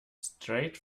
straight